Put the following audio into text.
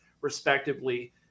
respectively –